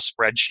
spreadsheet